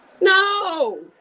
no